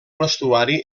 vestuari